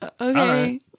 Okay